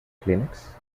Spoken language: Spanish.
kleenex